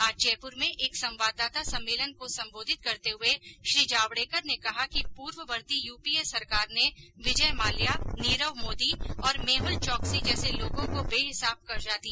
आज जयपुर में एक संवाददाता सम्मेलन को संबोधित करते हुए श्री जावडेकर ने कहा कि कि पूर्ववर्ती यूपीए सरकार ने विजय माल्या नीरव मोदी और मेहुल चौकसी जैसे लोगों को बेहिसाब कर्जा दिया